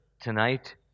tonight